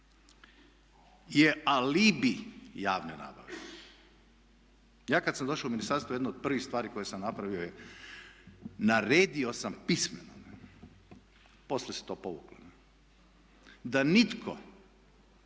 je alibi javne nabave. Ja kad sam došao u ministarstvo jedno od prvih stvari koje sam napravio naredio sam pismeno, poslije se to povuklo ne, da nitko